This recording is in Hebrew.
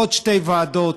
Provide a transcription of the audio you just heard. עוד שתי ועדות,